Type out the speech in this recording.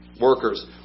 workers